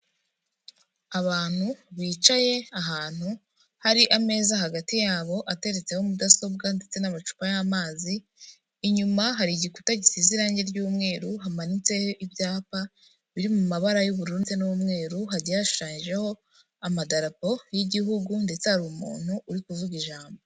Abantu bicaye ahantu hari ameza hagati yabo ateretseho mudasobwa ndetse n'amacupa y'amazi, inyuma hari igikuta gisize irangi ry'umweru, hamanitseho ibyapa biri mu mabara y'ubururu ndetse n'umweru, hagiye hashushanyijeho amadarapo y'igihugu ndetse hari umuntu uri kuvuga ijambo.